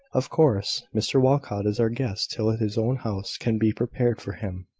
of course. mr walcot is our guest till his own house can be prepared for him.